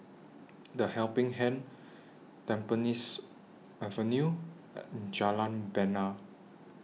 The Helping Hand Tampines Avenue and Jalan Bena